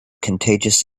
contagious